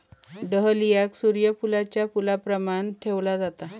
डहलियाक सूर्य फुलाच्या फुलाप्रमाण ठेवला जाता